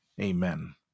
amen